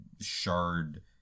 shard